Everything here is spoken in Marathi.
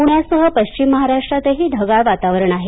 पुण्यासह पश्चिम महाराष्ट्रातही ढगाळ वातावरण आहे